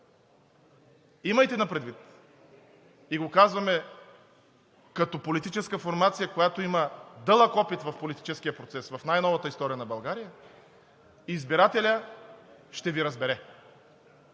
Имайте предвид, и го казваме като политическа формация, която има дълъг опит в политическия процес в най-новата история на България – избирателят ще Ви разбере